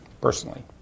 personally